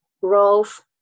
growth